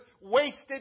wasted